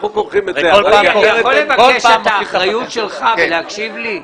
אני יכול לבקש את האחריות שלך ולהקשיב לי?